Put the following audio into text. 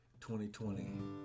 2020